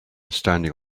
standing